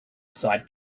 aside